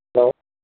hello